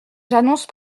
j’annonce